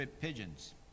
pigeons